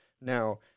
Now